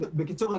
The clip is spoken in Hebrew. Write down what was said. גם